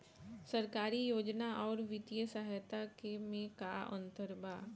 सरकारी योजना आउर वित्तीय सहायता के में का अंतर बा?